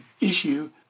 issue